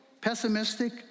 pessimistic